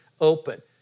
open